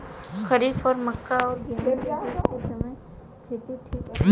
खरीफ और मक्का और गेंहू के बीच के समय खेती ठीक होला?